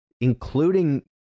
including